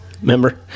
Remember